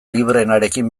libreenarekin